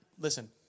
listen